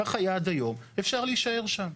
כך היה עד היום, אפשר להישאר שם.